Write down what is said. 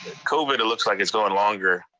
covid, it looks like, is going longer.